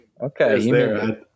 Okay